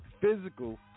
Physical